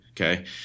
Okay